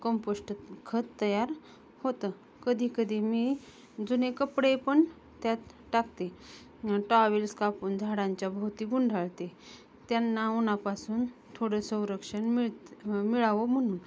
compost खत तयार होतं कधीकधी मी जुने कपडे पण त्यात टाकते टॉवेल्स कापून झाडांच्या भोवती गुंडाळते त्यांना उन्हापासून थोडं संरक्षण मिळ मिळावं म्हणून